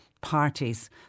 parties